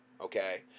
Okay